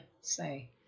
say